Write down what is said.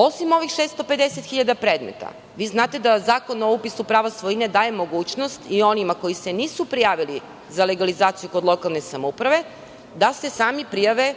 osim ovih 650 hiljada predmeta, vi znate da Zakon o upisu prava svojine daje mogućnost i onima koji se nisu prijavili za legalizaciju kod lokalne samouprave, da se sami prijave,